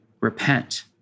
Repent